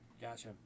Gotcha